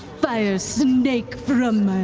fire snake from my